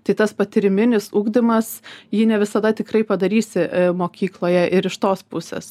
tai tas patyriminis ugdymas jį ne visada tikrai padarysi mokykloje ir iš tos pusės